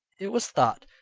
it was thought,